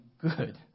good